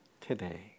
today